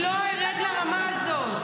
אני לא ארד לרמה הזאת.